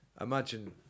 imagine